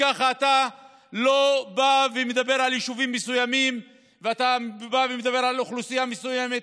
ככה אתה לא מדבר על יישובים מסוימים ומדבר על אוכלוסייה מסוימת.